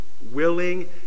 willing